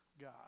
God